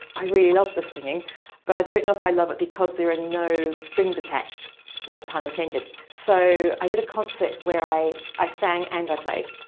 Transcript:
i really love this singing but i don't know if i love it because there are no strings attached no pun intended. so, i did a concert where i i sang and i played,